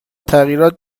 تغییرات